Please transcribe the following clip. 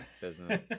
Business